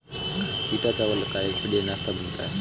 पीटा चावल का एक बढ़िया नाश्ता बनता है